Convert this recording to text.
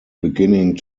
beginning